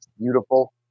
beautiful